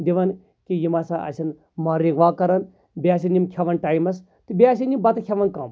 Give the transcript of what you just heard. دِوان تہٕ یِم ہسا آسن مارنِگ واک کران بیٚیہِ آسن یِم کھٮ۪وان ٹایمَس تہٕ بیٚیہِ آسَن یِم بَتہٕ کھٮ۪وان کَم